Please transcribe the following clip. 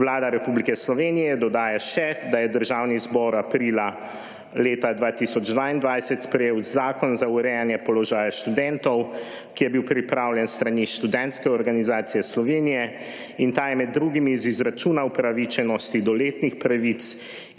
Vlada Republike Slovenije dodaja še, da je Državni zbor aprila leta 2022 sprejel zakon za urejanje položaja študentov, ki je bil pripravljen s strani Študentske organizacije Slovenije. In ta je med drugim izračunal upravičenosti do letnih pravic